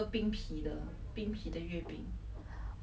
!wow! but then 我不知道哪里可以买到 leh